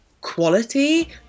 quality